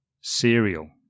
cereal